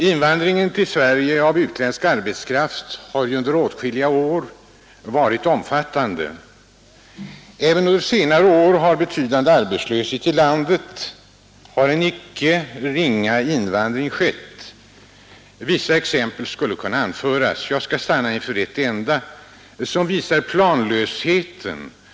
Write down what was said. Invandringen till Sverige av utländsk arbetskraft har under åtskilliga år varit omfattande. Även under senare år av betydande arbetslöshet i landet har en icke ringa invandring skett. Vissa exempel skulle kunna anföras. Jag skall stanna inför ett enda, som visar planlösheten på detta område.